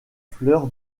fleur